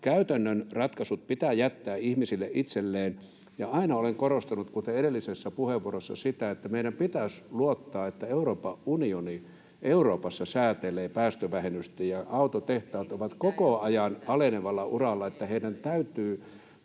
käytännön ratkaisut pitää jättää ihmisille itselleen. Aina olen korostanut, kuten edellisessä puheenvuorossa, sitä, että meidän pitäisi luottaa, että Euroopan unioni Euroopassa säätelee päästövähennystä. [Leena Meri: Ei nyt mitään EU:ta